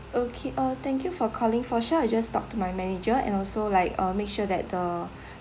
okay uh thank you for calling for sure I'll just talk to my manager and also like uh make sure that the